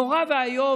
זה נורא ואיום,